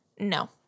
No